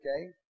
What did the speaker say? Okay